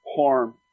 harm